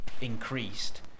increased